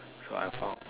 so I found